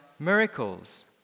Miracles